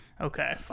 Okay